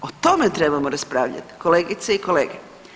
O tome trebamo raspravljati kolegice i kolege.